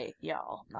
y'all